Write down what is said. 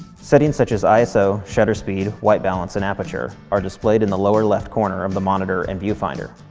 settings such as iso, shutter speed, white balance, and aperture are displayed in the lower-left corner of the monitor and viewfinder.